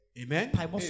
Amen